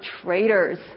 traitors